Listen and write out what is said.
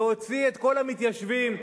להוציא את כל המתיישבים,